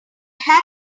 had